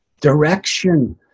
direction